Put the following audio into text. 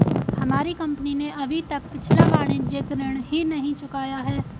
हमारी कंपनी ने अभी तक पिछला वाणिज्यिक ऋण ही नहीं चुकाया है